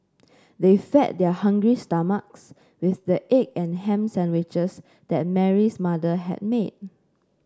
they fed their hungry stomachs with the egg and ham sandwiches that Mary's mother had made